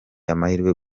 amahirwe